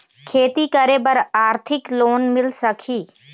खेती करे बर आरथिक लोन मिल सकही?